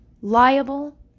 liable